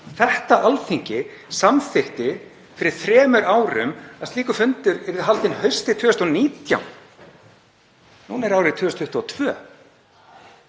Alþingi samþykkti fyrir þremur árum að slíkur fundur yrði haldinn haustið 2019. Núna er árið 2022.